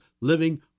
living